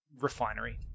refinery